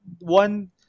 One